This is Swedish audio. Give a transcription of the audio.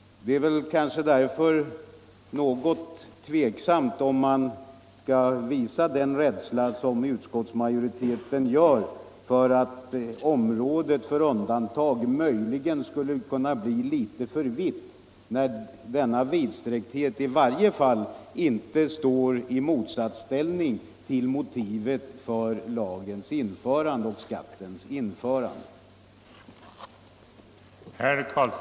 Därför är det väl tvivelaktigt om utskottsmajoriteten behöver visa sådan rädsla som den gör för att att området för undantag möjligen skulle kunna bli litet för vitt, när denna vidsträckthet i varje fall inte står i motsatsställning till motivet för införandet av lagen om denna skatt.